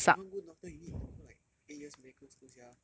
you want go doctor you need to go like eight years medical school sia no you go for